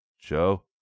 Joe